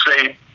say